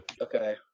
Okay